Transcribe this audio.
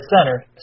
center